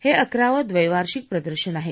हे अकरावं द्वदार्षिक प्रदर्शन आहे